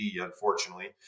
unfortunately